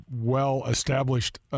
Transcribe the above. well-established